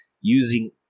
Using